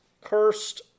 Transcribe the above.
cursed